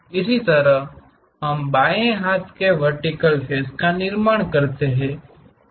इसी तरह हम बाएं हाथ के वर्टिकल फ़ेस का निर्माण करते हैं